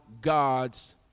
God's